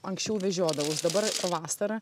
anksčiau vežiodavaus dabar vasara